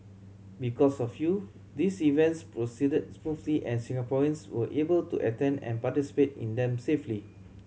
because of you these events proceeded smoothly and Singaporeans were able to attend and participate in them safely